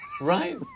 Right